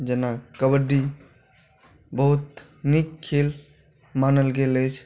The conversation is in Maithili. जेना कबड्डी बहुत नीक खेल मानल गेल अछि